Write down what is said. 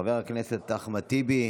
חבר הכנסת אחמד טיבי,